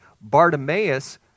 Bartimaeus